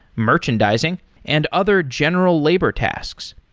merchandizing and other general labor tasks.